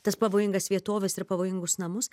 tas pavojingas vietoves ir pavojingus namus